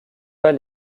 pas